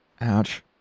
Ouch